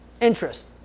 interest